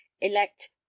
elect